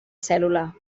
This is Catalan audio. cèl·lula